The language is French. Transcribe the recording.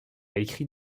écrit